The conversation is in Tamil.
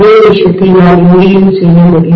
அதே விஷயத்தை நான் இங்கேயும் செய்ய முடியும்